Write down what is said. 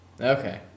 Okay